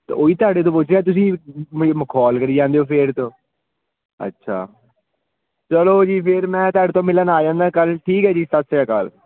ਤਾ ਉਹ ਹੀ ਤੁਹਾਡੇ ਤੋਂ ਪੁੱਛ ਰਿਹਾ ਤੁਸੀਂ ਮ ਮਖੌਲ ਕਰੀ ਜਾਂਦੇ ਹੋ ਫਿਰ ਤੋਂ ਅੱਛਾ ਚਲੋ ਜੀ ਫਿਰ ਮੈਂ ਤੁਹਾਡੇ ਤੋਂ ਮਿਲਣ ਆ ਜਾਂਦਾ ਕੱਲ੍ਹ ਠੀਕ ਹੈ ਜੀ ਸਤਿ ਸ਼੍ਰੀ ਅਕਾਲ